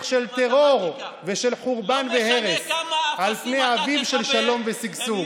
של טרור ושל חורבן והרס על פני אביב של שלום ושגשוג.